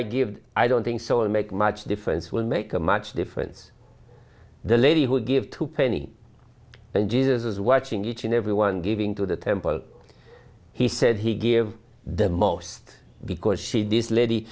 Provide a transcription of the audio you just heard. i give i don't think so i make much difference will make a much difference the lady who gave to penny and jesus is watching each and every one giving to the temple he said he give the most because she does lady